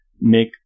make